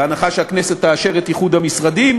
בהנחה שהכנסת תאשר את איחוד המשרדים.